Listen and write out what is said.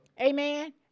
Amen